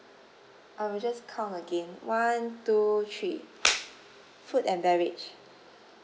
I will just count again one two three food and beverage